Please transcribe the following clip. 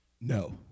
No